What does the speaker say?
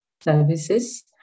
services